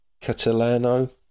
Catalano